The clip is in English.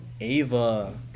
Ava